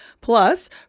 plus